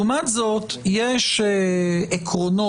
לעומת זאת, יש עקרונות